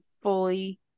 fully